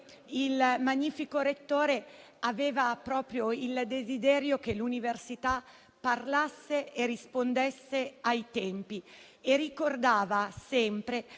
Il magnifico rettore aveva proprio il desiderio che l'università parlasse e rispondesse ai tempi e ricordava sempre